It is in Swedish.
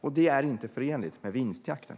Detta är inte förenligt med vinstjakten.